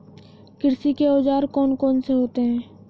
कृषि के औजार कौन कौन से होते हैं?